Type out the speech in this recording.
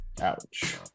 ouch